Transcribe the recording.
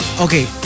Okay